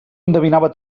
endevinava